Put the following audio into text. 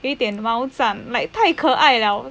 有一点毛站 like 太可爱了